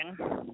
Okay